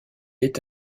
est